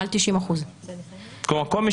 מעל 90%. כל מי